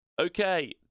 okay